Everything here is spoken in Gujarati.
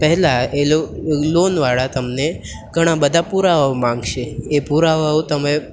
પહેલાં એ લોનવાળા તમને ઘણા બધા પુરાવા માંગશે એ પુરાવાઓ તમે